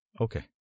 Okay